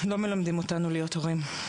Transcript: לא מלמדים אותנו להיות הורים.